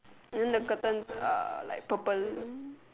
then the curtains are like purple